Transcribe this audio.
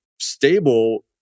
stable